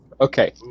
Okay